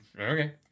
okay